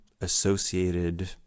associated